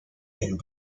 and